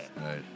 Right